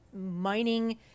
mining